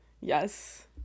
Yes